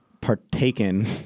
partaken